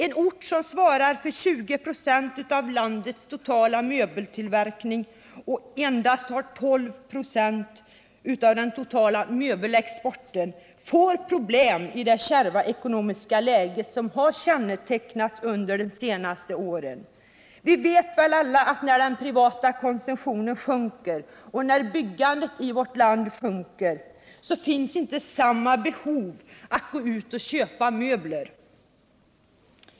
En ort som svarar för 20 96 av landets totala möbeltillverkning och endast har 12 26 av den totala möbelexporten får problem i det kärva ekonomiska läge som har kännetecknat de senaste åren. Vi vet väl alla att när den privata konsumtionen och byggandet i vårt land minskar så finns det inte samma behov av att gå ut och köpa möbler.